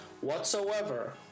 whatsoever